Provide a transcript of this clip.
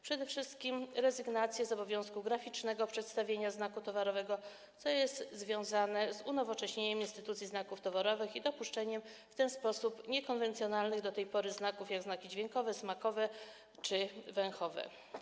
Przede wszystkim przewiduje rezygnację z obowiązku graficznego przedstawienia znaku towarowego, co jest związane z unowocześnieniem instytucji znaków towarowych i dopuszczeniem w ten sposób niekonwencjonalnych do tej pory znaków, jak znaki dźwiękowe, smakowe czy zapachowe.